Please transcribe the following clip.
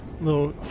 little